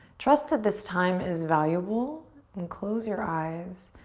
trust that this time is valuable and close your eyes.